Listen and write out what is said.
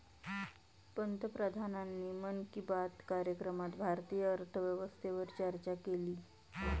पंतप्रधानांनी मन की बात कार्यक्रमात भारतीय अर्थव्यवस्थेवर चर्चा केली